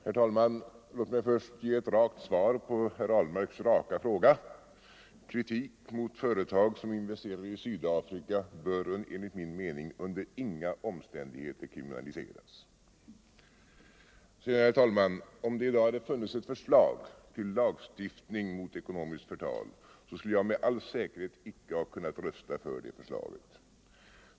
Herr talman! Låt mig först ge ett rakt svar på herr Ahlmarks raka fråga: Kritik mot företag som investerar i Sydafrika bör enligt min mening under inga omständigheter kriminaliseras. Om det i dag hade funnits ett förslag till lagstiftning mot ekonomiskt förtal, skulle jag med all säkerhet icke ha kunnat rösta för det förslaget.